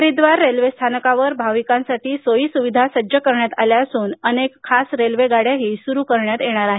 हरिद्वार रेल्वेस्थानकावर भाविकांसाठी सोयी सुविधा सज्ज करण्यात आल्या असून अनेक खास रेल्वेगाड्याही सुरू करण्यात येणार आहेत